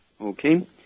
Okay